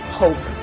hope